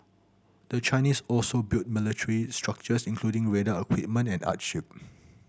the Chinese also built military structures including radar equipment and airstrips